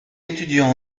étudiant